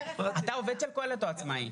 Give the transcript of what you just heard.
אתה עובד של פורום קהלת או עצמאי?